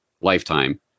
lifetime